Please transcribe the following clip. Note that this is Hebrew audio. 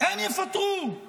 הם יפטרו.